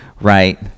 Right